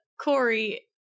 Corey